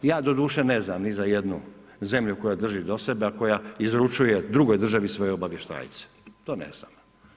Ja doduše ne znam ni za jednu zemlju koja drži do sebe, a koja izručuje drugoj državi svoje obavještajce, to ne znam.